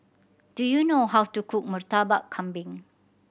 do you know how to cook Murtabak Kambing